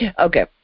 Okay